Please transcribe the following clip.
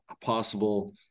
possible